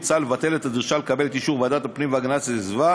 הוצע לבטל את הדרישה לקבל את אישור ועדת הפנים והגנת הסביבה